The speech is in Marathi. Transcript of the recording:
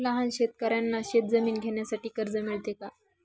लहान शेतकऱ्यांना शेतजमीन घेण्यासाठी कर्ज मिळतो का?